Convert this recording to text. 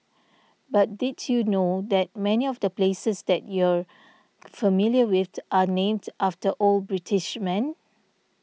but did you know that many of the places that you're familiar with are named after old British men